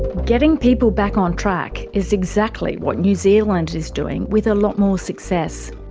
getting people back on track is exactly what new zealand is doing with a lot more success.